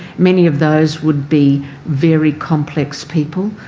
many of those would be very complex people,